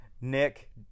Nick